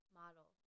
model